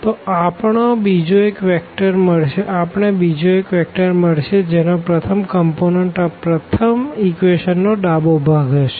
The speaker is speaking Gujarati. તો આપણે બીજો એક વેક્ટર મળશે જેનો પ્રથમ કમ્પોનંટ આ પ્રથમ ઇક્વેશન નો ડાબો ભાગ હશે